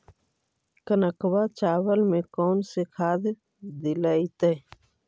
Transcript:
कनकवा चावल में कौन से खाद दिलाइतै?